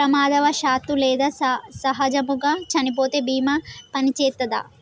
ప్రమాదవశాత్తు లేదా సహజముగా చనిపోతే బీమా పనిచేత్తదా?